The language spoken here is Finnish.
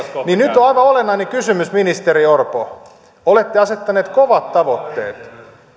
niin nyt on aivan olennainen kysymys ministeri orpo olette asettaneet kovat tavoitteet